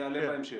יעלה בהמשך.